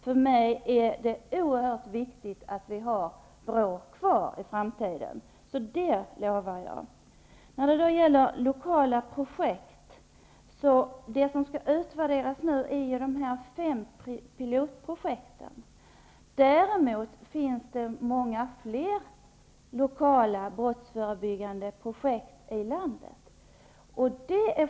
För mig är det oerhört viktigt att vi har BRÅ kvar i framtiden. Det lovar jag arbeta för. Beträffande lokala projekt kan jag nämna att det nu är de fem pilotprojekten som skall utvärderas. Därutöver finns det många flera lokala brottsförebyggande projekt i landet.